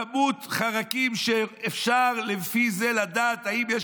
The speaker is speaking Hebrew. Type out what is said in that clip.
כמות חרקים שאפשר לפי זה לדעת אם יש